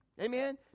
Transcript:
Amen